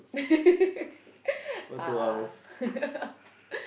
uh